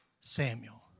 Samuel